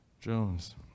Jones